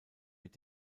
mit